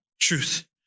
truth